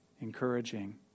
encouraging